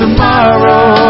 Tomorrow